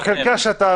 בחלקה שאתה גר בה.